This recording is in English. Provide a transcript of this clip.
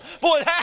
Boy